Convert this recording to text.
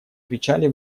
кричали